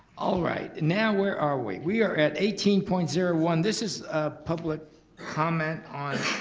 all right. now where are we, we are at eighteen point zero one. this is public comment on